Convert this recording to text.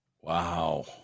Wow